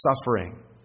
suffering